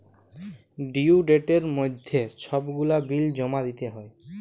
due ডেটের মইধ্যে ছব গুলা বিল জমা দিতে হ্যয়